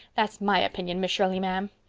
that's my opinion, miss shirley, ma'am.